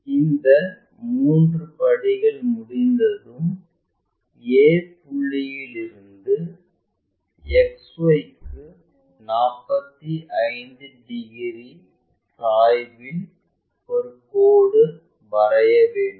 இந்த மூன்று படிகள் முடிந்ததும் a புள்ளியிலிருந்து XY க்கு 45 டிகிரி சாய்வில் ஒரு கோடு வரைய வேண்டும்